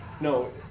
No